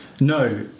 No